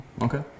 Okay